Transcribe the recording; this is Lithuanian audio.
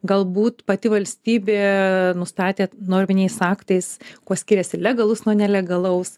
galbūt pati valstybė nustatė norminiais aktais kuo skiriasi legalus nuo nelegalaus